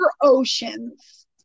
oceans